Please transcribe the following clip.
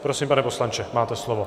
Prosím, pane poslanče, máte slovo.